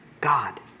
God